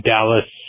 Dallas